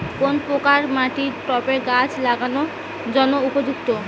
কোন প্রকার মাটি টবে গাছ লাগানোর জন্য উপযুক্ত?